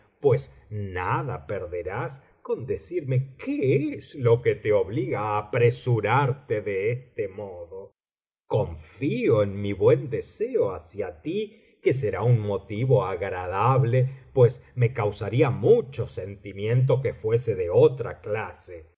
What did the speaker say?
pues nada perderás con decirme qué es lo que te obliga á apresurarte de este modo confío en mi buen deseo hacia ti que será un motivo agradable pues me causaría mucho sentimiento que fuese de otra classe